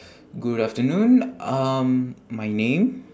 good afternoon um my name